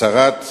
הצהרת